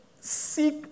seek